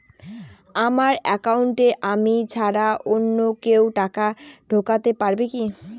আমার একাউন্টে আমি ছাড়া অন্য কেউ টাকা ঢোকাতে পারবে কি?